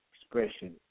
expression